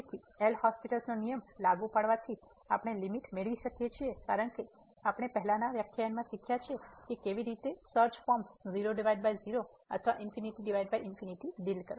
તેથી એલ'હોસ્પિટલL'hospital's નિયમ લાગુ પાડવાથી આપણે લીમીટ મેળવી શકીએ છીએ કારણ કે આપણે પહેલાનાં વ્યાખ્યાનમાં શીખ્યા છે કે કેવી રીતે સર્ચ ફોર્મ્સ 00 અથવા ∞∞ ડીલ કરવા